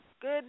Good